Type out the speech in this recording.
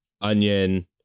onion